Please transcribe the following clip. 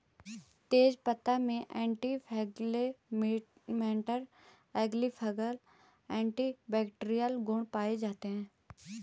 तेजपत्ता में anti inflammatory, antifungal, antibacterial गुण पाये जाते है